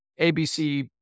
ABC